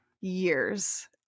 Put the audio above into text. years